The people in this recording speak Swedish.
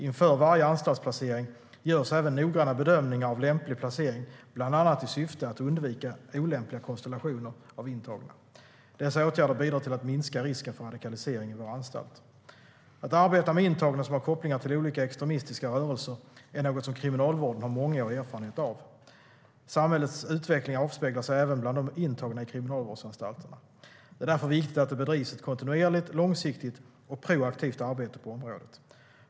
Inför varje anstaltsplacering görs även noggranna bedömningar av lämplig placering, bland annat i syfte att undvika olämpliga konstellationer av intagna. Dessa åtgärder bidrar till att minska risken för radikalisering i våra anstalter. Att arbeta med intagna som har kopplingar till olika extremistiska rörelser är något som Kriminalvården har mångårig erfarenhet av. Samhällets utveckling avspeglar sig även bland de intagna i kriminalvårdsanstalterna. Det är därför viktigt att det bedrivs ett kontinuerligt, långsiktigt och proaktivt arbete på området.